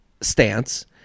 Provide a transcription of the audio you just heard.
stance